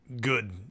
good